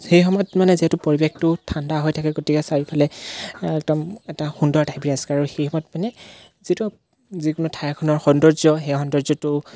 সেই সময়ত মানে যিহেতু পৰিৱেশটো ঠাণ্ডা হৈ থাকে গতিকে চাৰিওফালে একদম এটা সুন্দৰ এটমচফিয়েৰ আৰু সেই সময়ত মানে যিটো যিকোনো ঠাইখনৰ সৌন্দৰ্য সেই সৌন্দৰ্যটো